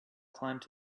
climbed